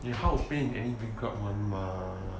your heart will pain in any break up mah